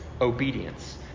obedience